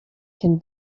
can